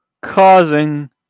causing